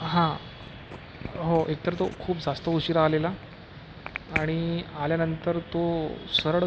हां हो एकतर तो खूप जास्त उशिरा आलेला आणि आल्यानंतर तो सरळ